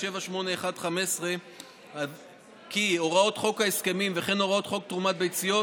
781/15 כי הוראות חוק ההסכמים וכן הוראות חוק תרומת ביציות,